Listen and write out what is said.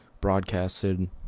broadcasted